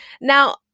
Now